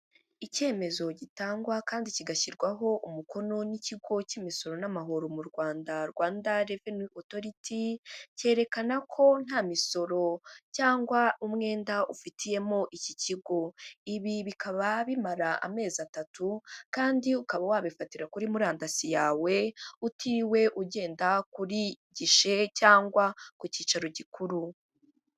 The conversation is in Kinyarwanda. Icyemezo gitangwa kandi kigashyirwaho umukono n'ikigo cy'imisoro n'amahoro mu rwanda Rwanda Reveni Otoriti, cyerekana ko nta misoro cyangwa umwenda ufitiyemo iki kigo. Ibi bikaba bimara amezi atatu kandi ukaba wabifatira kuri murandasi yawe utiriwe ugenda kuri gishe cyangwa ku cyicaro gikuru.